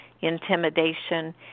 intimidation